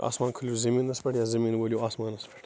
آسمان کٔھسِو زٔمیٖنس پٮ۪ٹھ یا زٔمیٖن وٲلِو آسمانس پٮ۪ٹھ